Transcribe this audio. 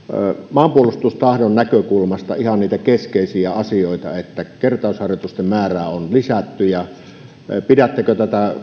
maanpuolustustahdon näkökulmasta ihan niitä keskeisiä asioita että kertausharjoitusten määrää on lisätty pidättekö tätä